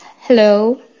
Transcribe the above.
Hello